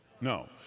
No